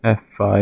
f5